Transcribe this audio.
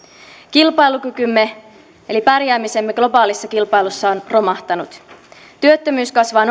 kilpailukykymme eli pärjäämisemme globaalissa kilpailussa on romahtanut työttömyys kasvaa